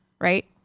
Right